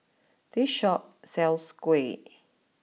this Shop sells Kuih